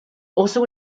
also